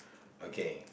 okay